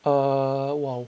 uh !wow!